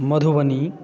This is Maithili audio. मधुबनी